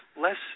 less